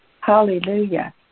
Hallelujah